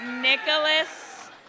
Nicholas